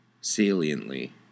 saliently